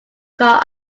car